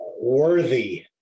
worthy